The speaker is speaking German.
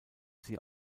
sie